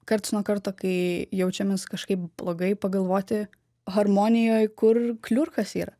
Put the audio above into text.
karts nuo karto kai jaučiamės kažkaip blogai pagalvoti harmonijoj kur kliurkos yra